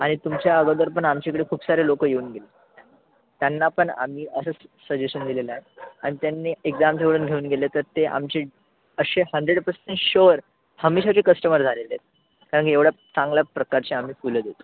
आणि तुमच्या आगोदर पण आमच्याइकडे खूप सारे लोक येऊन गेले त्यांना पण आम्ही असंच सजेशन दिलेलं आहे आणि त्यांनी एकदा आमच्याकडून घेऊन गेले तर ते आमचे असे हंड्रेड पर्सेंट शुअर हमेशाचे कस्टमर झालेले आहेत कारण की एवढ्या चांगल्या प्रकारचे आम्ही फुलं देतो